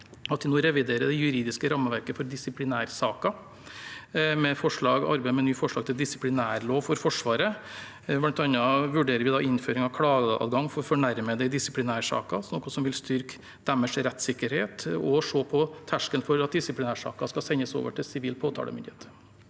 nå reviderer det juridiske rammeverket for disiplinærsaker og arbeider med et nytt forslag til disiplinærlov for Forsvaret. Blant annet vurderer vi innføring av klageadgang for fornærmede i disiplinærsaker, noe som vil styrke deres rettssikkerhet, og vi ser også på terskelen for at disiplinærsaker skal sendes over til sivil påtalemyndighet.